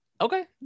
Okay